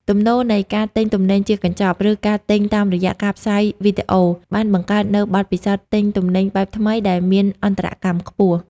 ទំនោរនៃការទិញទំនិញជាកញ្ចប់ ឬការទិញតាមរយៈការឡាយវីដេអូ បានបង្កើតនូវបទពិសោធន៍ទិញទំនិញបែបថ្មីដែលមានអន្តរកម្មខ្ពស់។